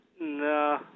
No